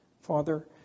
Father